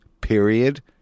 period